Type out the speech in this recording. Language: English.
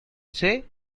say